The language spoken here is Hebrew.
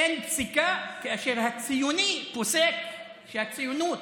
אין פסיקה כאשר הציוני פוסק שהציונות